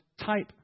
type